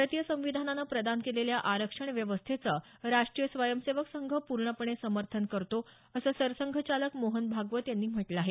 भारतीय संविधानानं प्रदान केलेल्या आरक्षण व्यवस्थेचं राष्ट्रीय स्वयंसेवक संघ संपूर्णपणे समर्थन करतो असं सरसंघचालक मोहन भागवत यांनी म्हटलं आहे